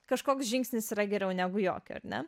kažkoks žingsnis yra geriau negu jokio ar ne